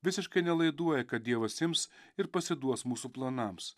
visiškai nelaiduoja kad dievas ims ir pasiduos mūsų planams